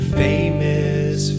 famous